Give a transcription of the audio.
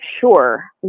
sure